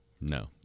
no